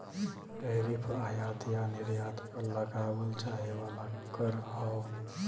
tariff आयात या निर्यात पर लगावल जाये वाला कर हौ